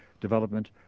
Development